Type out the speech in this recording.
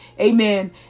Amen